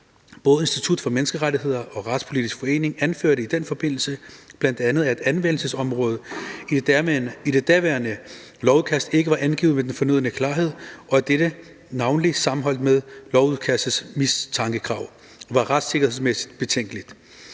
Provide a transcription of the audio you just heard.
Både Institut for Menneskerettigheder og Retspolitisk Forening anførte i den forbindelse bl.a., at anvendelsesområdet i det daværende lovudkast ikke var angivet med den fornødne klarhed, og at dette, navnlig sammenholdt med lovudkastets mistankekrav, var retssikkerhedsmæssigt betænkeligt.